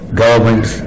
governments